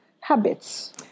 habits